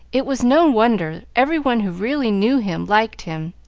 it was no wonder every one who really knew him liked him,